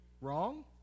Wrong